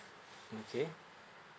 okay